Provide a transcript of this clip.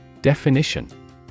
Definition